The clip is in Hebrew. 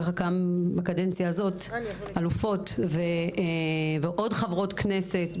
כך גם בקדנציה הזאת אלופות ועוד חברות כנסת,